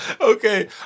Okay